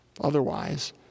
Otherwise